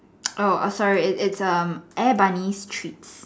oh err sorry it it's um air bunny's treats